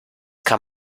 kann